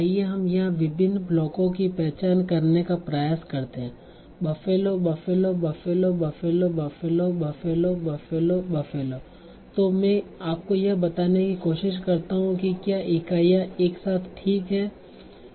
आइए हम यहां विभिन्न ब्लॉकों की पहचान करने का प्रयास करते है Buffalo buffalo Buffalo buffalo buffalo buffalo Buffalo buffalo तो मैं आपको यह बताने की कोशिश करता हूं कि क्या इकाइयां एक साथ ठीक हैं